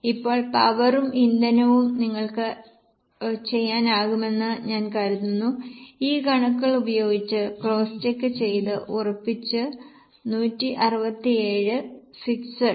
ഇപ്പോൾ പവറും ഇന്ധനവും നിങ്ങൾക്ക് ഇപ്പോൾ ചെയ്യാനാകുമെന്ന് ഞാൻ കരുതുന്നു ഈ കണക്കുകൾ ഉപയോഗിച്ച് ക്രോസ് ചെക്ക് ചെയ്ത് ഉറപ്പിച്ചു 167 ഫിക്സഡ്